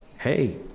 hey